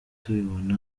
tubibona